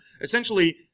essentially